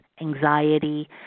anxiety